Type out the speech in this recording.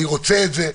אני רוצה את זה,